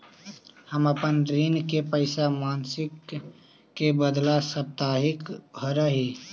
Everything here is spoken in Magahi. हम अपन ऋण के पैसा मासिक के बदला साप्ताहिक भरअ ही